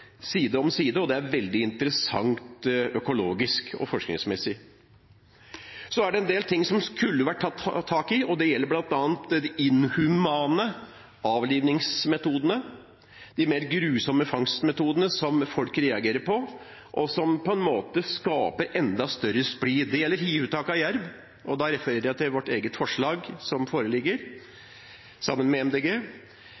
side om side, og det er veldig interessant økologisk og forskningsmessig. Så er det en del ting som skulle vært tatt tak i, og det gjelder bl.a. de inhumane avlivningsmetodene, de grusomme fangstmetodene som folk reagerer på, og som skaper enda større splid. Det gjelder hiuttak av jerv, og da refererer jeg til forslaget fra SV og MDG, som foreligger.